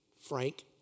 Frank